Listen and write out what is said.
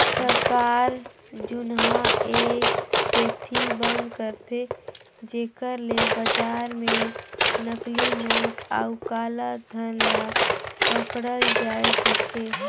सरकार जुनहा ए सेती बंद करथे जेकर ले बजार में नकली नोट अउ काला धन ल पकड़ल जाए सके